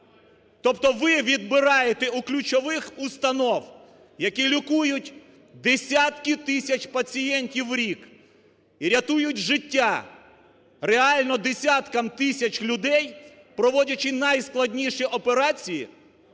Тобто ви відбираєте у ключових установ, які лікують десятки тисяч пацієнтів у рік і рятують життя реально десяткам тисяч людей, проводячи найскладніші операції,